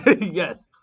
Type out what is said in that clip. Yes